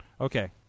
Okay